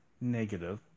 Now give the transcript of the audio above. negative